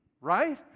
Right